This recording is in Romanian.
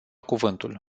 cuvântul